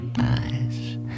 eyes